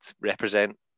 represent